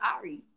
Ari